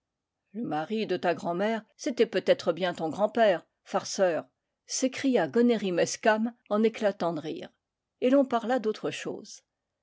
le mari de ta grand'mère c'était peut-être bien ton grand-père farceur s'écria gonéry mezcam en éclatant de rire et l'on parla d'autre chose